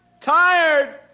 Tired